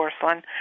porcelain